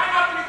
מה עם הפליטים?